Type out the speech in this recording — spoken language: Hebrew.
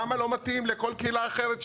למה לא מתאים לכל קהילה אחרת?